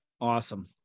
Awesome